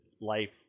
life